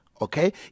okay